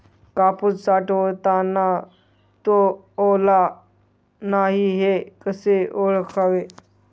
कापूस साठवताना तो ओला नाही हे कसे ओळखावे?